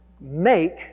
make